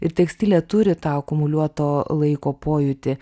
ir tekstilė turi tą akumuliuoto laiko pojūtį